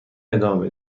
ادامه